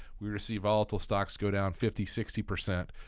we were to see volatile stocks go down fifty sixty percent,